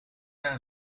naar